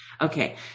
Okay